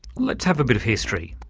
let's have a bit of history.